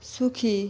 সুখী